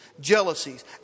jealousies